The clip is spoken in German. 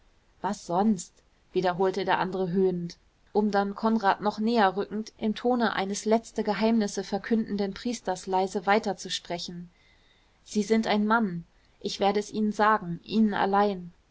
was sonst wiederholte der andere höhnend um dann konrad noch näher rückend im tone eines letzte geheimnisse verkündenden priesters leise weiter zu sprechen sie sind ein mann ich werde es ihnen sagen ihnen allein